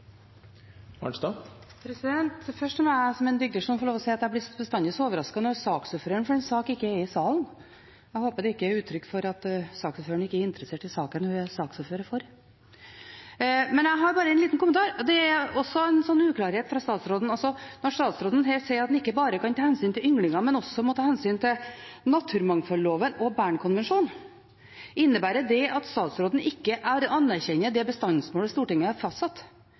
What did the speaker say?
Først må jeg som en digresjon få lov å si at jeg blir bestandig overrasket når saksordføreren for en sak ikke er i salen. Jeg håper ikke det er et uttrykk for at saksordføreren ikke er interessert i saken hun er saksordfører for. Jeg har bare en liten kommentar. Det er en uklarhet fra statsråden når han sier her at en ikke bare kan ta hensyn til ynglinger, men også må ta hensyn til naturmangfoldloven og Bernkonvensjonen. Innebærer det at statsråden ikke anerkjenner det bestandsmålet Stortinget har fastsatt?